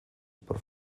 por